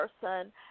person